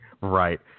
Right